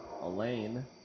Elaine